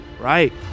Right